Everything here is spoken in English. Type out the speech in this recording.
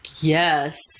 Yes